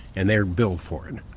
and they're billed for it.